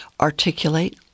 articulate